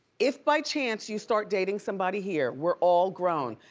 if by chance you start dating somebody here we're all grown.